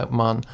man